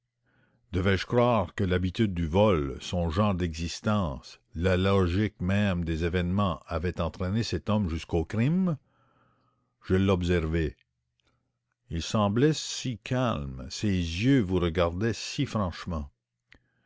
devais-je croire que l'habitude du vol son genre d'existence la logique même des événements avaient entraîné cet homme jusqu'au crime je l'observai il semblait si calme ses yeux vous regardaient si franchement